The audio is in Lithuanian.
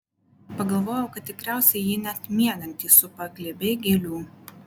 pagalvojau kad tikriausiai jį net miegantį supa glėbiai gėlių